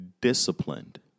disciplined